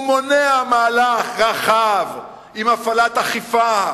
הוא מונע מהלך רחב עם הפעלת אכיפה,